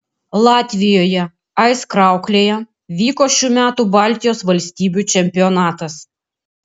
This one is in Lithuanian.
latvijoje aizkrauklėje vyko šių metų baltijos valstybių čempionatas